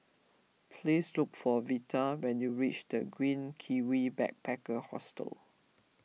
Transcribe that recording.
please look for Vita when you reach the Green Kiwi Backpacker Hostel